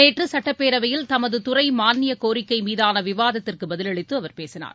நேற்று சட்டப்பேரவையில் தமது துறை மானியக் கோரிக்கை மீதான விவாதத்திற்கு பதிலளித்து அவர் பேசினார்